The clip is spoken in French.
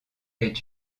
est